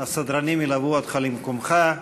הסדרנים ילוו אותך למקומך.